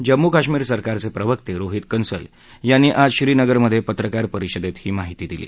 जम्मू कश्मीर सरकारचे प्रवक्ते रोहीत कन्सल यांनी आज श्रीनगरमधे पत्रकार परिषदेत ही माहिती दिली